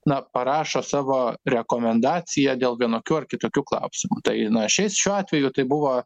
na parašo savo rekomendaciją dėl vienokių ar kitokių klausimų tai na šiais šiuo atveju tai buvo